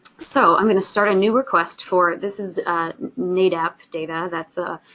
so i'm going to start a new request for, this is nahdap data that's a